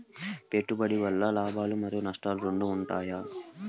పెట్టుబడి వల్ల లాభాలు మరియు నష్టాలు రెండు ఉంటాయా?